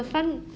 okay